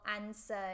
answer